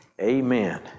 amen